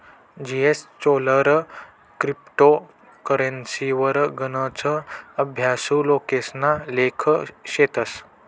जीएसचोलर क्रिप्टो करेंसीवर गनच अभ्यासु लोकेसना लेख शेतस